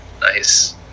Nice